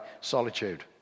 solitude